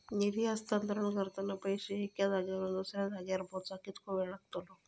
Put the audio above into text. निधी हस्तांतरण करताना पैसे एक्या जाग्यावरून दुसऱ्या जाग्यार पोचाक कितको वेळ लागतलो?